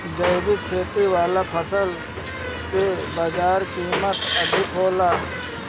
जैविक खेती वाला फसल के बाजार कीमत अधिक होला